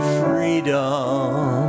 freedom